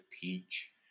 Peach